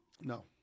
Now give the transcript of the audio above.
No